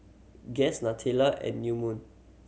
Guess Nutella and New Moon